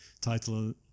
title